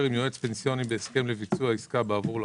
עם יועץ פנסיוני בהסכם לביצוע עסקה בעבור לקוח,